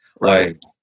Right